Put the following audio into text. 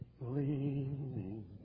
leaning